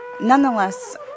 nonetheless